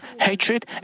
hatred